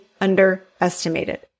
underestimated